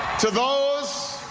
to those